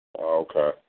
Okay